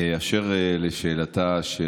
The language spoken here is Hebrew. אשר לשאלתה של